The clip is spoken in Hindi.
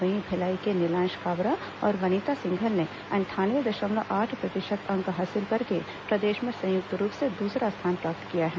वहीं भिलाई के निलांश काबरा और वनीता सिंघल ने अंठानवे दशमलव आठ प्रतिशत अंक हासिल करके प्रदेश में संयुक्त रूप से दूसरा स्थान प्राप्त किया है